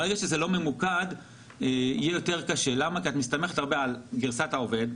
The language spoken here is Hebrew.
ברגע שזה לא ממוקד יהיה יותר קשה כי את מסתמכת על גרסת העובד,